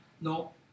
no